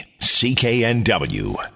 CKNW